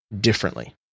differently